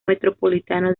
metropolitano